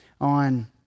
on